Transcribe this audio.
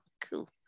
Cool